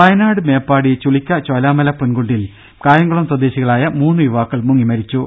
വയനാട് മേപ്പാടി ചുളിക്ക ചോലമല പൊൻകുണ്ടിൽ കായംകുളം സ്വദേശികളായ മൂന്ന് യുവാക്കൾ മുങ്ങിമരിച്ചു